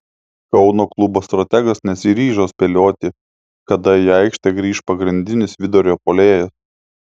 kauno klubo strategas nesiryžo spėlioti kada į aikštę grįš pagrindinis vidurio puolėjas